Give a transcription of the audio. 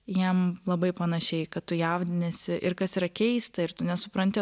jiem labai panašiai kad tu jaudiniesi ir kas yra keista ir tu nesupranti